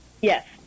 Yes